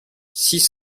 six